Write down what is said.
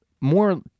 more